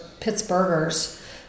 Pittsburghers